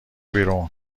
بیرون